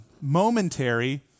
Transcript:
momentary